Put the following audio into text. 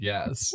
Yes